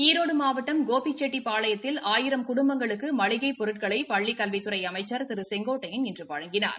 ஈரோடு மாவட்டம் கோபிச்செட்டிப்பாளையத்தில் ஆயிரம் குடும்பங்களுக்கு மளிகைப் பொருட்களை பள்ளிக் கல்வித்துறை அமைச்சர் திரு கே ஏ செங்கோட்டையன் இன்று வழங்கினார்